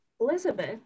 Elizabeth